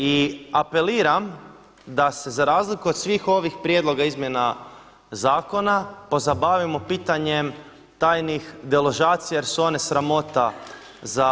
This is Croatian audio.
I apeliram da se za razliku od svih ovih prijedloga izmjena zakona pozabavimo pitanjem tajnih deložacija jer su one sramota za naše društvo.